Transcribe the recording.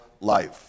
life